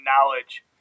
knowledge